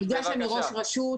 בגלל שאני ראש רשות,